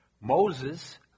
Moses